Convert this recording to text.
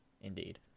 indeed